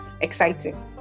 exciting